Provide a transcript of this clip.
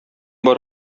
бар